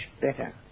better